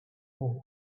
had